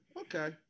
okay